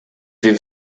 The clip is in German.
wir